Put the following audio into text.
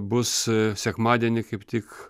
bus sekmadienį kaip tik